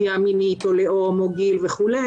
נטייה מינית, לאום, גיל וכו'.